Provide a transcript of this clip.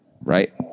right